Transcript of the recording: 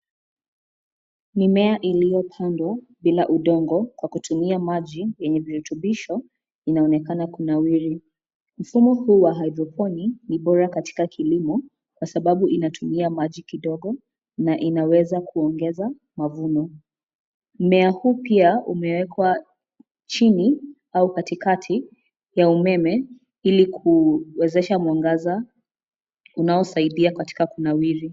Mimea iliyo pandwa bila udongo kwa kutumia maji yenye virutubisho inaonekana kunawiri, mfumo huu wa hydroponic ni bora katika kilimo kwa sababu inatumia maji kidogo na inaweza kuongeza mavuno. Mmea huu pia umewekwa chini au kati kati ya umeme ili kuwezesha mwangaza unaosaidia katika kunawiri.